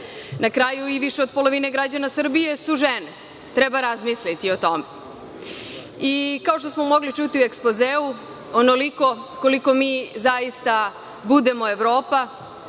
Na kraju, više od polovine građana Srbije su žene. Treba razmisliti o tome. Kao što smo mogli čuti u ekspozeu, onoliko koliko mi zaista budemo Evropa